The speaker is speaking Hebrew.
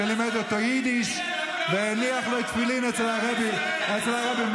שלימד אותו יידיש והניח לו תפילין אצל הרבי מריבניץ.